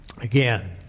again